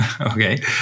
Okay